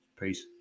Peace